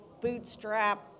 bootstrap